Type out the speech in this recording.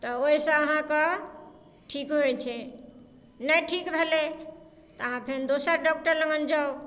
तऽ ओइसँ अहाँके ठीक होइ छै नहि ठीक भेलै तऽ अहाँ फेन दोसर डॉक्टर लगन जाउ